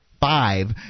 five